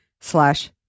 slash